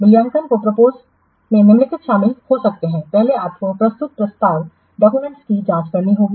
मूल्यांकन की प्रोसेस में निम्नलिखित शामिल हो सकते हैं पहले आपको प्रस्तुत प्रस्ताव डाक्यूमेंट्स की जांच करनी होगी